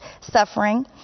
suffering